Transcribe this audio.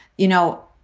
you know,